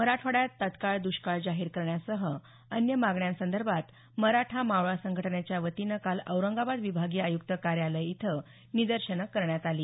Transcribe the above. मराठवाड्यात तत्काळ दुष्काळ जाहीर करण्यासह अन्य मागण्यांसंदर्भात मराठा मावळा संघटनेच्या वतीनं काल औरंगाबाद विभागीय आयुक्त कार्यालय इथं निदर्शने करण्यात आली